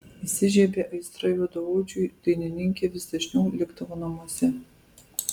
įsižiebė aistra juodaodžiui dainininkė vis dažniau likdavo namuose